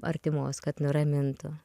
artimos kad nuramintų